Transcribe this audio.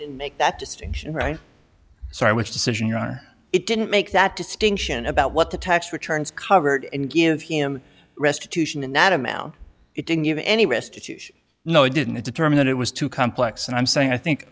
to make that distinction right so i was decision your honor it didn't make that distinction about what the tax returns covered and give him restitution in that amount it didn't give any restitution no i didn't determine that it was too complex and i'm saying i think